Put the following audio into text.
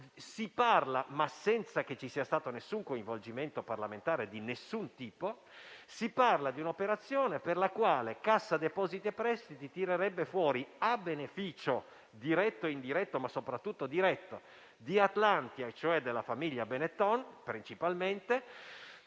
si parla, senza che ci sia stato alcun coinvolgimento parlamentare di qualsiasi tipo, di un'operazione per la quale Cassa depositi e prestiti tirerebbe fuori a beneficio diretto e indiretto - ma soprattutto diretto - di Atlantia, e cioè della famiglia Benetton principalmente,